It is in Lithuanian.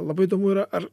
labai įdomu yra ar